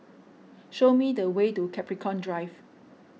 show me the way to Capricorn Drive